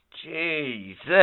Jesus